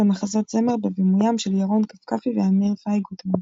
במחזות זמר בבימוים של ירון כפכפי ואמיר פיי גוטמן.